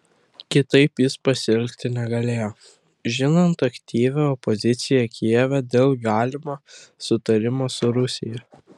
kitaip jis pasielgti negalėjo žinant aktyvią opoziciją kijeve dėl galimo susitarimo su rusija